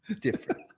different